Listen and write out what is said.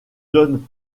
donne